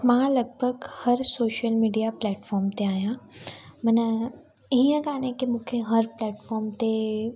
मां लॻभॻि हर शोशल मीडिया प्लैटफॉम ते आहियां मन ईअं कोन्हे की मूंखे हर प्लैटफॉम ते